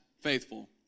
faithful